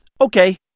Okay